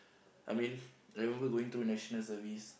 I mean I remember going through National-Service